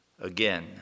again